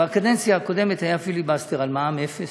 בקדנציה הקודמת היה פיליבסטר על מע"מ אפס,